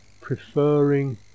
preferring